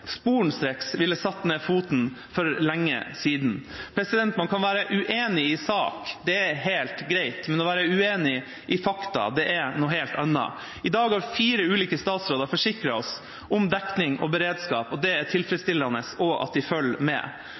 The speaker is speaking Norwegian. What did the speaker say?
sporenstreks ville satt ned foten for lenge siden. Man kan være uenig i sak – det er helt greit. Å være uenig i fakta er noe helt annet. I dag har fire ulike statsråder forsikret oss om at dekning og beredskap er tilfredsstillende – og at de følger med.